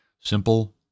Simple